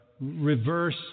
reverse